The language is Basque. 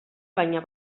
baina